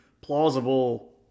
plausible